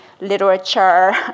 literature